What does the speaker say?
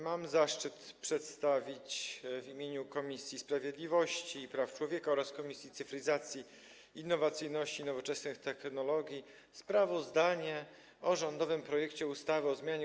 Mam zaszczyt przedstawić w imieniu Komisji Sprawiedliwości i Praw Człowieka oraz Komisji Cyfryzacji, Innowacyjności i Nowoczesnych Technologii sprawozdanie o rządowym projekcie ustawy o zmianie